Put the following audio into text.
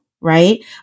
right